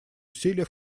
усилия